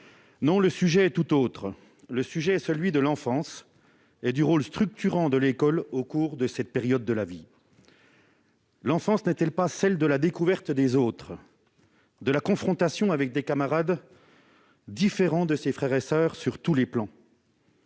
Le sujet, tout autre, est celui de l'enfance et du rôle structurant de l'école au cours de cette période de la vie. L'enfance n'est-elle pas la période de la découverte des autres, de la confrontation avec des camarades différents de ses frères et soeurs sur tous les plans ?